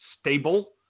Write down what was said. stable